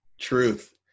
Truth